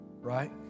Right